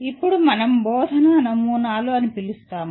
ఇప్పుడు మనం బోధన నమూనాలు అని పిలుస్తాము